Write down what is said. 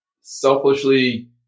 selfishly